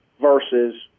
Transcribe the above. versus